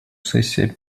сессия